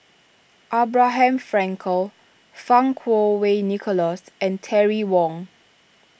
Abraham Frankel Fang Kuo Wei Nicholas and Terry Wong